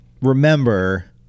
remember